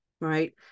right